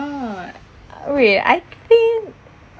ah wait I think